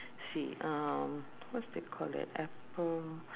see um what's they call it apple